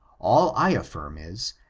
all i affirm is,